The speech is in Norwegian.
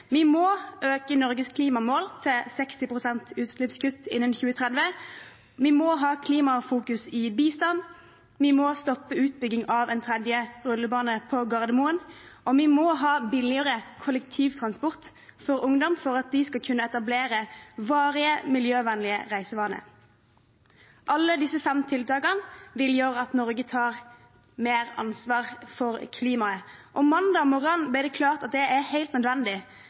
Vi må øke Norges klimamål til 60 pst. utslippskutt innen 2030. Vi må ha klimafokus i bistand. Vi må stoppe utbygging av en tredje rullebane på Gardermoen. Vi må ha billigere kollektivtransport for ungdom for at de skal kunne etablere varige miljøvennlige reisevaner. Alle disse fem tiltakene vil gjøre at Norge tar mer ansvar for klimaet. Mandag morgen ble det klart at det er helt nødvendig,